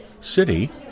city